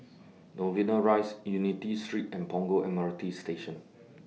Novena Rise Unity Street and Punggol M R T Station